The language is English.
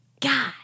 God